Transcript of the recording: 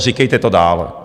Říkejte to dál.